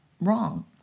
wrong